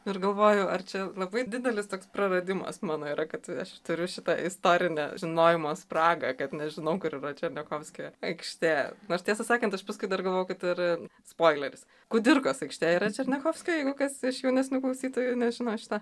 ir galvoju ar čia labai didelis toks praradimas mano yra kad aš turiu šitą istorinę žinojimo spragą kad nežinau kur yra černiachovskio aikštė nors tiesą sakant aš paskui dar galvojau kad ir spoileris kudirkos aikštė yra černiachovskio jeigu kas iš jaunesnių klausytojų nežino šito